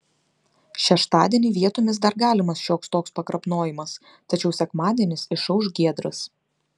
šeštadienį vietomis dar galimas šioks toks pakrapnojimas tačiau sekmadienis išauš giedras